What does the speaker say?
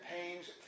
pains